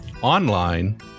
online